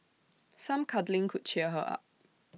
some cuddling could cheer her up